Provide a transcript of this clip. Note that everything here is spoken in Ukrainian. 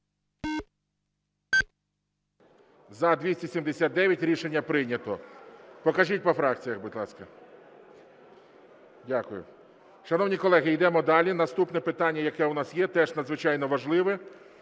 За-279 Рішення прийнято. Покажіть по фракціях, будь ласка. Дякую. Шановні колеги, йдемо далі. Наступне питання, яке у нас є, теж надзвичайно важливе,